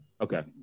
Okay